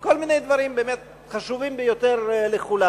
וכל מיני דברים באמת חשובים ביותר לכולנו.